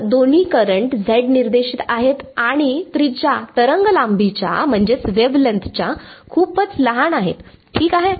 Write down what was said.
तर दोन्ही current Z निर्देशित आहेत आणि त्रिज्या तरंगलांबीपेक्षा खूपच लहान आहेत ठीक आहे